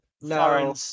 No